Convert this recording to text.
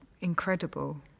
incredible